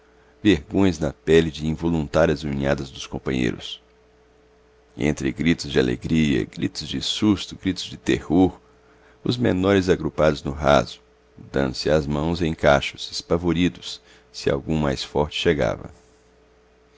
vergões na pele de involuntárias unhadas dos companheiros entre gritos de alegria gritos de susto gritos de terror os menores agrupados no raso dando-se as mãos em cacho espavoridos se algum mais forte chegava